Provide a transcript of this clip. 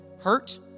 hurt